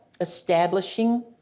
establishing